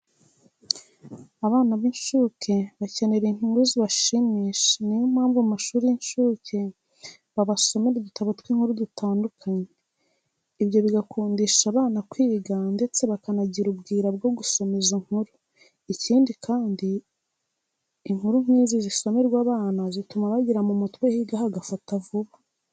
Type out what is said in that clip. Abana b'incuke bakenera inkuru zibashimisha ni yo mpamvu mu mashuri y'incuke babasomera udutabo tw'inkuru dutandukanye, ibyo bigakundisha abana kwiga ndetse bakanajyira ubwira bwo gusoma izo nkuru, ikindi kandi inkuru nk'izi zisomerwa abana zituma bagira mu mutwe higa hagafata vuba.